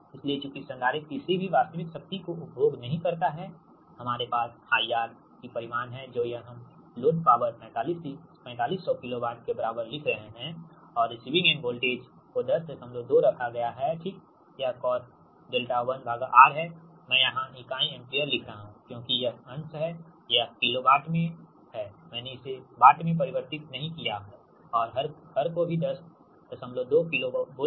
इसलिए चूंकि संधारित्र किसी भी वास्तविक शक्ति को उपभोग नहीं करता हैहमारे पास IR की परिमाण है जो हम यह लोड पावर 4500 किलो वाट के बराबर लिख रहे है और रिसीविंग एंड वोल्टेज को 102 रखा गया हैठीक यह cos𝛿 1Rहै मैं यहाँ इकाई एम्पीयर लिख रहा हूँ क्योंकि यह अंश है यह किलोवाट में है मैंने इसे वाट में परिवर्तित नहीं किया और हर को भी 102 किलोवोल्ट